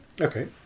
okay